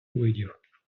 видів